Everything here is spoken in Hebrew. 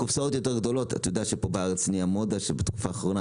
אתה יודע שפה בארץ נהייתה 'מודה' שבתקופה האחרונה,